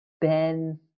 Ben –